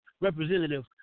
Representative